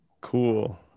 Cool